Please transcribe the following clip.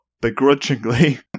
begrudgingly